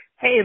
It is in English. Hey